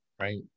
right